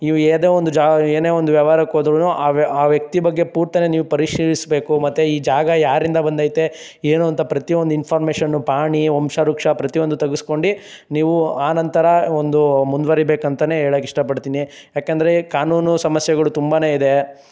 ನೀವು ಯೇದೆ ಒಂದು ಜಾ ಏನೇ ಒಂದು ವ್ಯವಾರಕ್ಕೆ ಹೋದ್ರೂ ಆ ವ್ಯ ಆ ವ್ಯಕ್ತಿ ಬಗ್ಗೆ ಪೂರ್ತಿಯೇ ನೀವು ಪರಿಶೀಲಿಸಬೇಕು ಮತ್ತೆ ಈ ಜಾಗ ಯಾರಿಂದ ಬಂದೈತೆ ಏನು ಅಂತ ಪ್ರತಿಯೊಂದು ಇನ್ಫಾಮೇಷನು ಪಾಣಿ ವಂಶವೃಕ್ಷ ಪ್ರತಿಯೊಂದು ತೆಗೆಸ್ಕೊಂಡು ನೀವು ಆ ನಂತರ ಒಂದು ಮುಂದುವರಿ ಬೇಕಂತೆಯೇ ಹೇಳೋಕ್ಕೆ ಇಷ್ಟಪಡ್ತೀನಿ ಯಾಕೆಂದ್ರೆ ಕಾನೂನು ಸಮಸ್ಯೆಗಳು ತುಂಬನೆ ಇದೆ